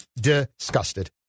disgusted